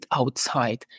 outside